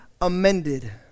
amended